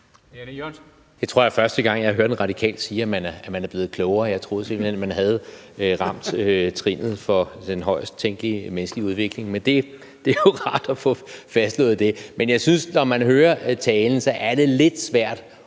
Jeg tror, det er første gang, at jeg har hørt en radikal sige, at man er blevet klogere; jeg troede simpelt hen, at man var nået trinnet for den højest tænkelige menneskelige udvikling, men det er jo rart at få fastslået det. Men jeg synes, at når man hører talen, er det lidt svært